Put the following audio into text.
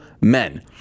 men